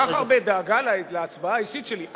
כל כך הרבה דאגה להצבעה האישית שלי?